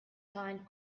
find